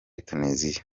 tunisia